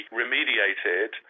remediated